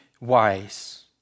wise